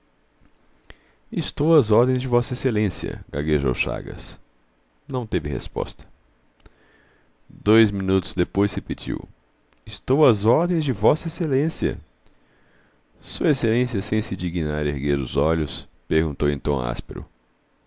estou às ordens de vossa excelência gaguejou o chagas não teve resposta dois minutos depois repetiu estou às ordens de vossa excelência s exa sem se dignar erguer os olhos perguntou em tom áspero